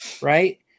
right